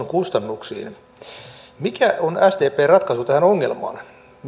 kustannuksiin mikä on sdpn ratkaisu tähän ongelmaan